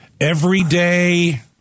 everyday